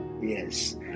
Yes